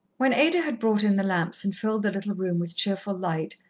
when ada had brought in the lamps and filled the little room with cheerful light,